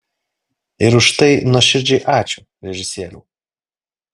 ir už tai nuoširdžiai ačiū režisieriau